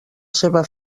seva